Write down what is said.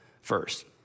first